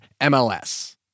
MLS